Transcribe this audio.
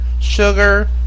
sugar